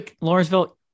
Lawrenceville